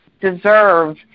deserve